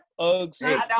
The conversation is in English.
Uggs